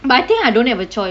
but I think I don't have a choice